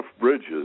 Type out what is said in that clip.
Bridges